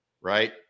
right